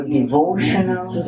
devotional